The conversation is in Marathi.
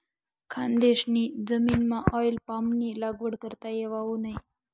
खानदेशनी जमीनमाऑईल पामनी लागवड करता येवावू नै